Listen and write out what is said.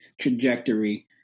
trajectory